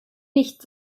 nicht